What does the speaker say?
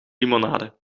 limonade